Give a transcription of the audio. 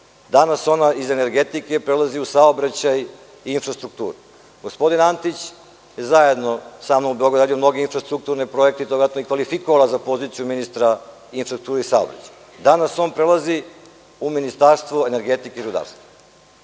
Danas ona iz energetike prelazi u saobraćaj i infrastrukturu. Gospodin Antić je zajedno sa mnom u Beogradu radio mnoge infrastrukturne projekte i to ga i kvalifikuje za poziciju ministra infrastrukture i saobraćaja. Danas on prelazi u Ministarstvo energetike i rudarstva. Ako